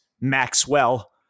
Maxwell